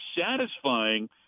satisfying